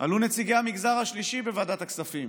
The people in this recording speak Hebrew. עלו נציגי המגזר השלישי בוועדת הכספים